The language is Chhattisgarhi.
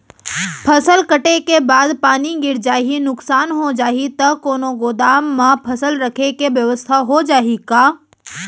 फसल कटे के बाद पानी गिर जाही, नुकसान हो जाही त कोनो गोदाम म फसल रखे के बेवस्था हो जाही का?